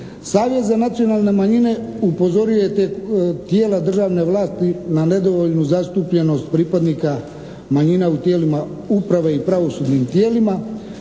Savjet za nacionalne manjine upozorio je tijela državne vlasti na nedovoljnu zastupljenost pripadnika manjina u tijelima uprave i pravosudnim tijelima